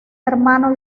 hermano